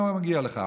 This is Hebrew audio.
לא מגיע לך,